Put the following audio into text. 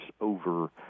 over